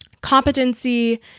competency